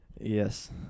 Yes